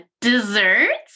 Desserts